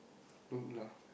look lah